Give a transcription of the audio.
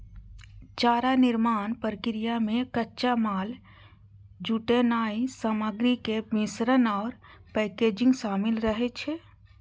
चारा निर्माण प्रक्रिया मे कच्चा माल जुटेनाय, सामग्रीक मिश्रण आ पैकेजिंग शामिल रहै छै